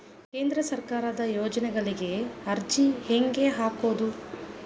ಕೇಂದ್ರ ಸರ್ಕಾರದ ಯೋಜನೆಗಳಿಗೆ ಅರ್ಜಿ ಹೆಂಗೆ ಹಾಕೋದು?